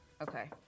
Okay